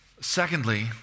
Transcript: Secondly